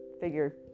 Figure